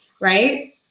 Right